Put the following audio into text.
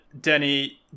Denny